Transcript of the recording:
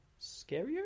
scarier